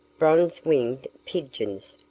bronzed-winged pigeons,